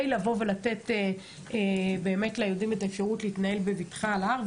לתת ליהודים את האפשרות להתנהל בבטחה על ההר.